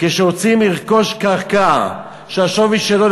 כשרוצים לרכוש קרקע שהשווי שלה,